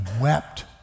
wept